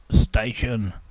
station